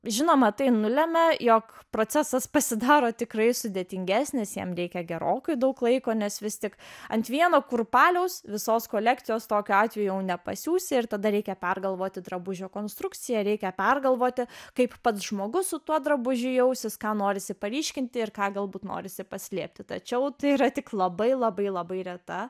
žinoma tai nulemia jog procesas pasidaro tikrai sudėtingesnis jam reikia gerokai daug laiko nes vis tik ant vieno kurpalio visos kolekcijos tokiu atveju nepasiųsi ir tada reikia pergalvoti drabužio konstrukciją reikia pergalvoti kaip pats žmogus su tuo drabužiu jausis ką norisi paryškinti ir ką galbūt norisi paslėpti tačiau tai yra tik labai labai labai reta